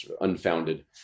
unfounded